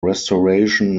restoration